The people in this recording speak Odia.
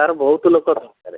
ତା'ର ବହୁତ ଲୋକ ଦରକାର